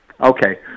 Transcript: Okay